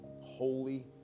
holy